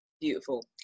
Beautiful